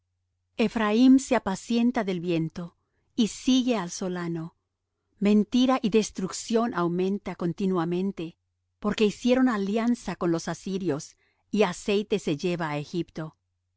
ephraim se apacienta del viento y sigue al solano mentira y destrucción aumenta continuamente porque hicieron alianza con los asirios y aceite se lleva á egipto